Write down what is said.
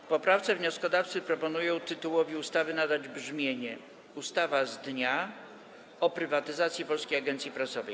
W poprawce wnioskodawcy proponują tytułowi ustawy nadać brzmienie: „Ustawa z dnia... o prywatyzacji Polskiej Agencji Prasowej”